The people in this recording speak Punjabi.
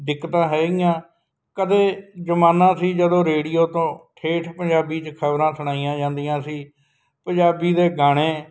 ਦਿੱਕਤਾਂ ਹੈਗੀਆਂ ਕਦੇ ਜ਼ਮਾਨਾ ਸੀ ਜਦੋਂ ਰੇਡੀਓ ਤੋਂ ਠੇਠ ਪੰਜਾਬੀ 'ਚ ਖਬਰਾਂ ਸੁਣਾਈਆਂ ਜਾਂਦੀਆਂ ਸੀ ਪੰਜਾਬੀ ਦੇ ਗਾਣੇ